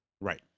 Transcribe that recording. Right